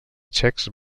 txecs